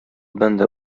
będę